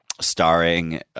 starring